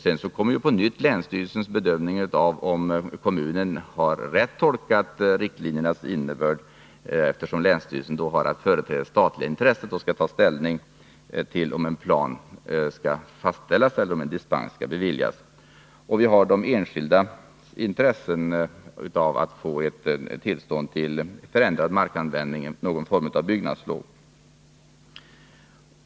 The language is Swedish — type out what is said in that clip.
Sedan kommer på nytt länsstyrelsens bedömning av om kommunen har rätt tolkat riktlinjernas innebörd, eftersom länsstyrelsen har att företräda statliga intressen och skall ta ställning till om en plan skall fastställas eller om en dispens skall beviljas. Vi har att beakta de enskilda intressena av att få tillstånd till markförändring i någon form av byggnadslov.